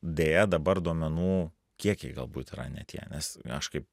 deja dabar duomenų kiekiai galbūt yra ne tie nes aš kaip